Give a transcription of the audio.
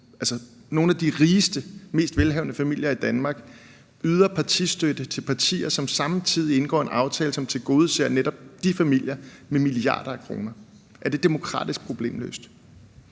altså nogle af de rigeste, mest velhavende familier i Danmark, yder partistøtte til partier, som samtidig indgår en aftale, som tilgodeser netop de familier, med milliarder af kroner? Er det demokratisk problemløst?